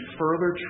further